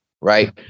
right